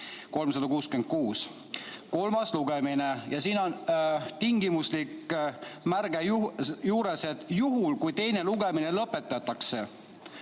366 kolmas lugemine. Siin on tingimuslik märge juures, et juhul, kui teine lugemine lõpetatakse.